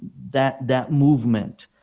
that that movement.